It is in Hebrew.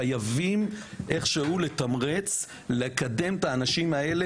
חייבים לתמרץ ולקדם את האנשים האלו